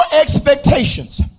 expectations